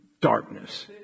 darkness